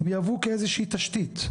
הן יהוו כאיזושהי תשתית.